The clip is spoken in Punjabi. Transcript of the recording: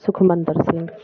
ਸੁਖਮੰਦਰ ਸਿੰਘ